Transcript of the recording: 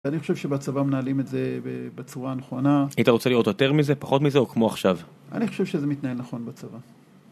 אני חושב שבצבא מנהלים את זה בצורה הנכונה היית רוצה להיות יותר מזה? פחות מזה? או כמו עכשיו? אני חושב שזה מתנהל נכון בצבא